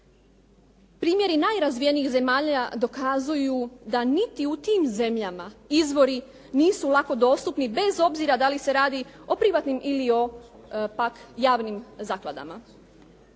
Primjeri najrazvijenijih zemalja dokazuju da niti u tim zemljama izvori nisu lako dostupni bez obzira da li se radi o privatnim ili o pak javnim zakladama.